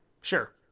sure